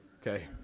okay